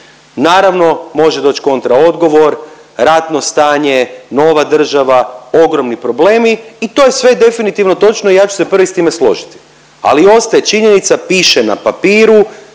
Naravno može doć kontra odgovor, ratno stanje, nova država, ogromni problemi i to je sve definitivno točno i ja ću se prvi s time složiti, ali ostaje činjenica piše na papiru